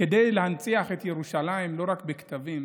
כדי להנציח את ירושלים לא רק בכתבים